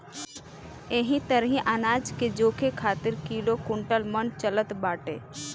एही तरही अनाज के जोखे खातिर किलो, कुंटल, मन चलत बाटे